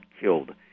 killed